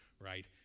right